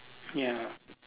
ya